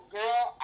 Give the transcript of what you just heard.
girl